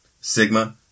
Sigma